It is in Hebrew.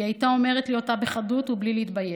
היא הייתה אומרת לי אותה בחדות ובלי להתבייש,